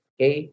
Okay